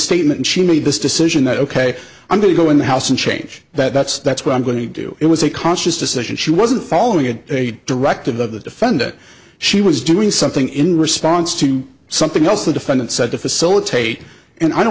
statement she made this decision that ok i'm going to go in the house and change that's that's what i'm going to do it was a conscious decision she wasn't following it a directive of the defendant she was doing something in response to something else the defendant said to facilitate and i don't